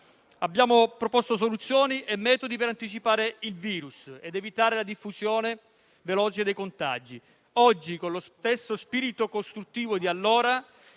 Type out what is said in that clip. abbiamo proposto soluzioni e metodi per anticipare il virus ed evitare la diffusione veloce dei contagi. Oggi, con lo stesso spirito costruttivo di allora